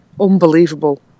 unbelievable